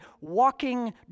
walking